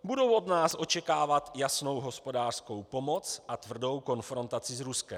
Budou od nás očekávat jasnou hospodářskou pomoc a tvrdou konfrontaci s Ruskem.